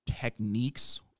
techniques